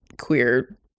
queer